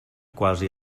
quasi